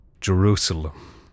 Jerusalem